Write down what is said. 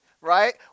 right